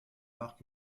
marc